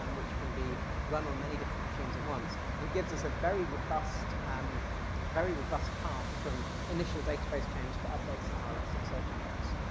um which can be run on many different machines at once and gives us a very robust um very robust path from initial database change to updates in our elasticsearch index.